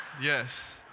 Yes